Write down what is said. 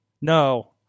No